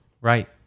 right